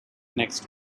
next